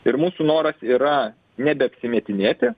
ir mūsų noras yra nebeapsimetinėti